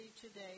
today